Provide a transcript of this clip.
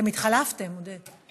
אתם התחלפתם, עודד.